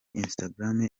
instagram